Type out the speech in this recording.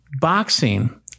boxing